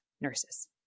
nurses